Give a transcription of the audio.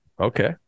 okay